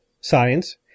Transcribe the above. science